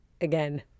again